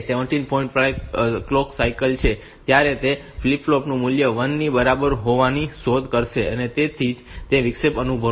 5 clock cycle છે ત્યારે તે ફ્લિપ ફ્લોપ મૂલ્ય 1 ની બરાબર હોવાનું પણ શોધી કાઢશે જેથી તે વિક્ષેપ અનુભવવામાં આવશે